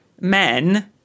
men